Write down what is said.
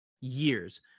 years